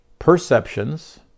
Perceptions